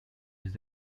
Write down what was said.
his